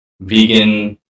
vegan